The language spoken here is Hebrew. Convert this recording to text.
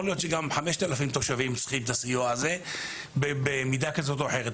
יכול להיות שגם 5,000 תושבים צריכים את הסיוע הזה במידה כזאת או אחרת,